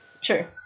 Sure